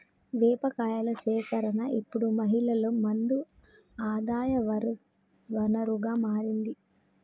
వేప కాయల సేకరణ ఇప్పుడు మహిళలు మంది ఆదాయ వనరుగా మారింది